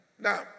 Now